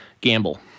Gamble